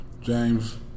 James